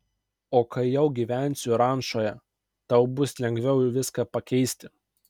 o kai jau gyvensiu rančoje tau bus lengviau viską pakeisti